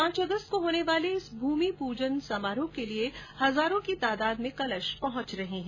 पांच अगस्त को होने वाले इस भूमि पूजन कार्यक्रम के लिए हजारों की तादाद में कलश पहुंच रहे हैं